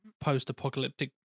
post-apocalyptic